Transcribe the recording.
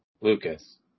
Lucas